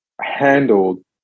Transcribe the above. handled